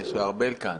כשארבל אסטרחן כאן.